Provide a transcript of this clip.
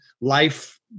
life